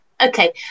Okay